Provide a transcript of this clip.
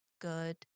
good